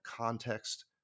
context